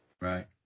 right